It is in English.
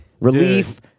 relief